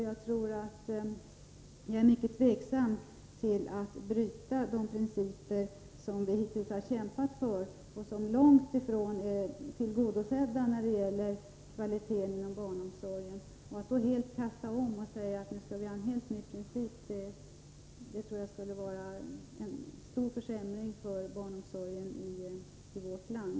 Jag är mycket tveksam till att bryta de principer som vi hittills har kämpat för och som långt ifrån är tillgodosedda inom barnomsorgen. Att helt kasta om och säga att vi skall ha helt nya principer skulle innebära en stor försämring av barnomsorgen i vårt land.